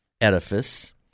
edifice